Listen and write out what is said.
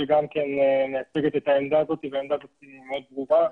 שגם מייצגת את העמדה הזאת והעמדה הזאת מאוד ברורה.